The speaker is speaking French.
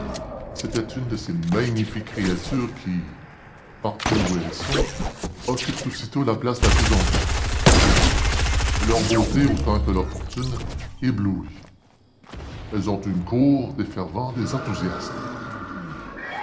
c'était une de ces magnifiques créatures qui partout où elles sont occupent aussitôt la place la plus en vue leur beauté autant que leur fortune éblouit elles ont une cour des fervents des enthousiastes